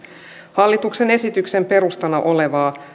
hallituksen esityksen perustana olevaa